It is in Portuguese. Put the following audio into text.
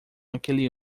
aquele